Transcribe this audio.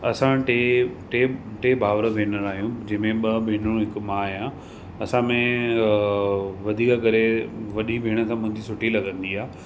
असां टे टे टे भाउरु भेनरूं आहियूं जंहिंमें ॿ भेनरूं हिकु मां आहियां असांमें वधीक करे वॾी भेण तां मुंहिंजी सुठी लॻंदी आहे